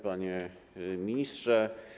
Panie Ministrze!